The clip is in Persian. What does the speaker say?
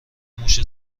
موش